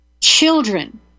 children